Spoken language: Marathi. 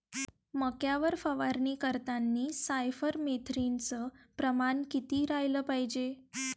मक्यावर फवारनी करतांनी सायफर मेथ्रीनचं प्रमान किती रायलं पायजे?